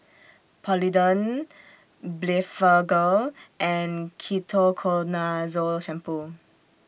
Polident Blephagel and Ketoconazole Shampoo